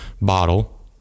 bottle